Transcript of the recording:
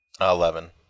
Eleven